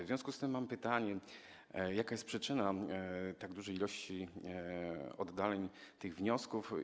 W związku z tym mam pytania: Jaka jest przyczyna tak dużej liczby oddaleń tych wniosków?